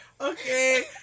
Okay